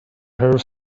her